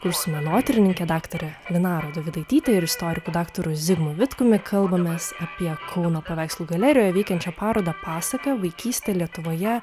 kur su menotyrininke daktare linara dovidaityte ir istoriku daktaru zigmu vitkumi kalbamės apie kauno paveikslų galerijoje veikiančią parodą pasaka vaikystė lietuvoje